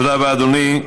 תודה רבה, אדוני.